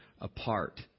apart